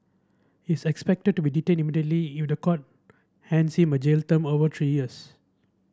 he's expected to be detained immediately if the court hands him a jail term over three years